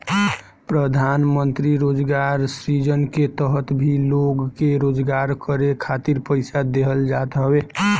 प्रधानमंत्री रोजगार सृजन के तहत भी लोग के रोजगार करे खातिर पईसा देहल जात हवे